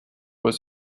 was